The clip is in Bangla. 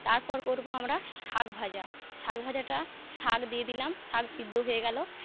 তারপর করবো আমরা শাক ভাজা শাক ভাজাটা শাক দিয়ে দিলাম শাক সেদ্ধ হয়ে গেলো